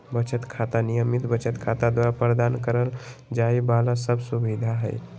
बचत खाता, नियमित बचत खाता द्वारा प्रदान करल जाइ वाला सब सुविधा हइ